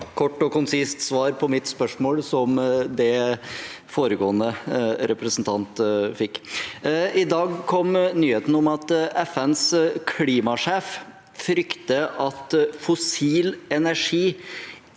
kort og konsist svar på mitt spørsmål som det foregående representant fikk. I dag kom nyheten om at FNs klimasjef frykter at fossil energi